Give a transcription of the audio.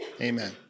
amen